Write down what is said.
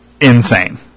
insane